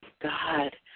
God